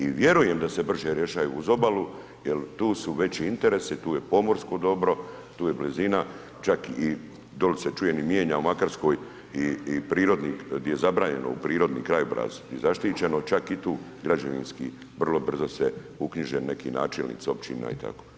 I vjerujem da se brže rješava uz obalu jer tu su veći interesi, tu je pomorsko dobro, tu je blizina, čak i dolje se čujem i mijenja u Makarskoj i prirodni, gdje je zabranjeno u prirodni krajobraz gdje je zaštićeno čak i tu građevinski vrlo brzo se uknjiže neki načelnici općina i tako.